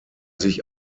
sich